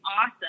awesome